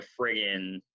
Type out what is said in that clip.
friggin